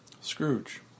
Scrooge